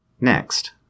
next